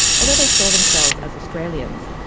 although they saw themselves as australians,